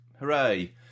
Hooray